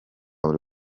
buri